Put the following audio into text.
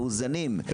מאוזנים,